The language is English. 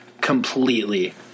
completely